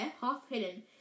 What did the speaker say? half-hidden